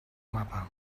mapa